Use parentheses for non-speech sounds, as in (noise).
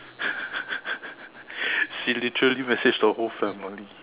(laughs) she literally messaged the whole family